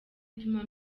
ituma